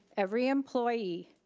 every employee,